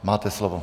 Máte slovo.